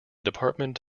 department